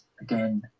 again